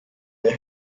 der